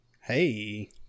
Hey